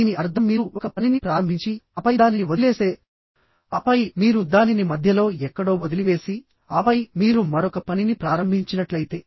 దీని అర్థం మీరు ఒక పనిని ప్రారంభించి ఆపై దానిని వదిలేస్తే ఆపై మీరు దానిని మధ్యలో ఎక్కడో వదిలివేసి ఆపై మీరు మరొక పనిని ప్రారంభించినట్లయితే